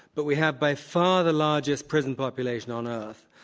but we have by far the largest prison population on earth.